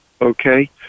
Okay